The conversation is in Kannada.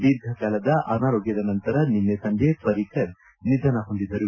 ದೀರ್ಘಕಾಲದ ಅನಾರೋಗ್ಭದ ನಂತರ ನಿನ್ನೆ ಸಂಜೆ ಪರ್ರಿಕರ್ ನಿಧನ ಹೊಂದಿದರು